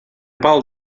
pal